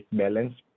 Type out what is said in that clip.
balance